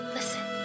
Listen